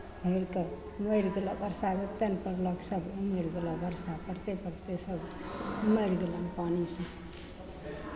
भरि कऽ भरि गेलह वर्षा एतेक ने पड़लह कि सभ भरि गेलह वर्षा पड़िते पड़िते सभ मरि गेलह पानिसँ